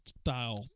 style